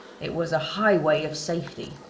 it was a highway of safety!